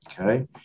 okay